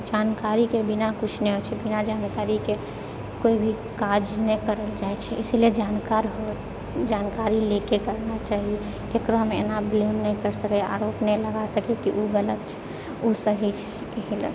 जानकारीके बिना किछु नहि होइ छै बिना जानकारीके कोइ भी काज नहि करलऽ जाइ छै इसीलिए जानकार जानकारी लऽ कऽ करना चाही ककरो हम एना ब्लेम नहि करि सकी आरोप नहि लगा सकी कि ओ गलत छै ओ सही छै कि गलत